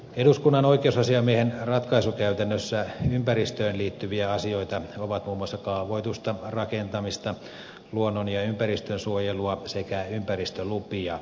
eduskunnan oikeusasiamiehen ratkaisukäytännössä ympäristöön liittyviä asioita ovat muun muassa kaavoitusta rakentamista luonnon ja ympäristönsuojelua sekä ympäristölupia koskevat asiat